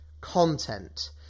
content